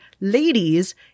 ladies